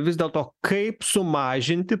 vis dėlto kaip sumažinti